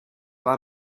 war